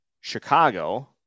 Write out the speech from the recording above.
Chicago